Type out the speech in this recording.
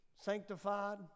Sanctified